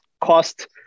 cost